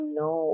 no